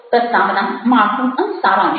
પ્રસ્તાવના માળખું અને સારાંશ